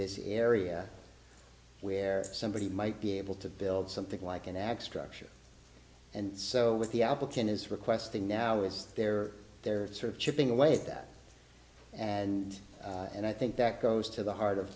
this area where somebody might be able to build something like an extraction and so with the application is requesting now it's there they're sort of chipping away at that and and i think that goes to the heart of